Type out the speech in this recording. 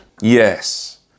Yes